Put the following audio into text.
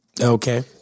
Okay